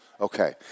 Okay